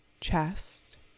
chest